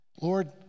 Lord